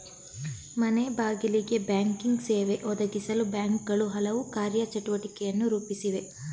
ಮನೆಬಾಗಿಲಿಗೆ ಬ್ಯಾಂಕಿಂಗ್ ಸೇವೆ ಒದಗಿಸಲು ಬ್ಯಾಂಕ್ಗಳು ಹಲವು ಕಾರ್ಯ ಚಟುವಟಿಕೆಯನ್ನು ರೂಪಿಸಿವೆ